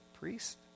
priest